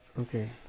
Okay